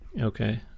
Okay